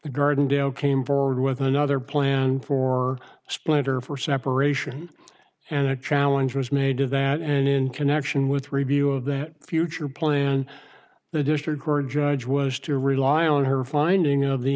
the gardendale came forward with another plan for splendor for separation and a challenge was made to that and in connection with review of that future plan the district court judge was to rely on her finding of the